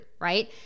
right